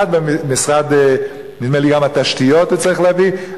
אחד במשרד התשתיות הוא צריך להביא,